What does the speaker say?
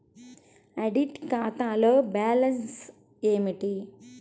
Audit ఖాతాలో balance ఏమిటీ?